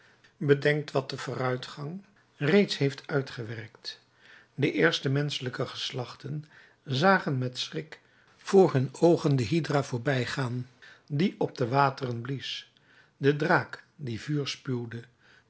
bedenkt wat de vooruitgang reeds heeft uitgewerkt de eerste menschelijke geslachten zagen met schrik voor hun oogen de hydra voorbijgaan die op de wateren blies den draak die vuur spuwde